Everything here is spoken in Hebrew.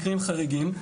חריגים,